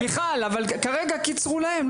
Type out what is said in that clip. מיכל, אבל כרגע קיצרו להם.